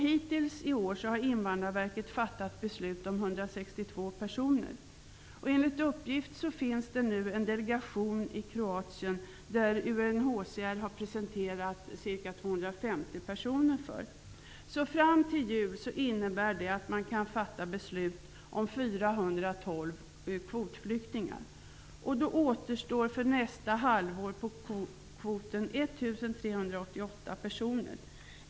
Hittills i år har Enligt uppgift finns det en delegation i Kroatien, för vilken UNHCR har presenterat ca 250 personer. Fram till jul innebär det att beslut kan fattas om 412 kvotflyktingar. Av kvoten återstår för nästa halvår 1 388 personer.